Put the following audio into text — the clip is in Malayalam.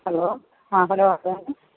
ഹലോ ആ ഹലോ ആരാണ്